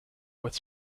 with